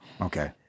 Okay